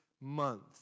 month